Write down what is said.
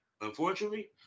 unfortunately